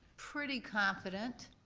pretty confident